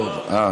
לא.